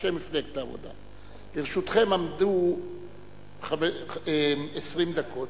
אנשי מפלגת העבודה, לרשותכם עמדו 20 דקות.